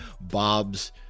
Bob's